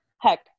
Heck